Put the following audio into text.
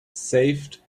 saved